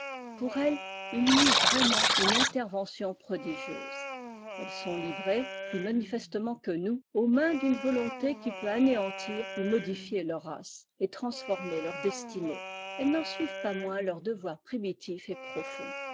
pour elles il y eut vraiment une intervention prodigieuse elles sont livrées plus manifestement que nous aux niains d'une volonté qui peut anéantir ou modifier leur race et transformer leurs destinées elles n'en suivent pas moins leur d voir primitif et profond